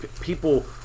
people